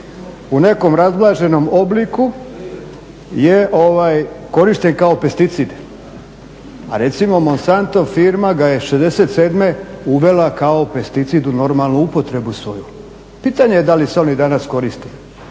u nekom razblaženom obliku je korišten kao pesticid, a recimo Monsantno firma ga je '67. uvela kao pesticid u normalnu upotrebu svoju. Pitanje je da li se on i danas koristi,